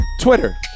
Twitter